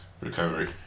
Recovery